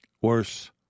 Worse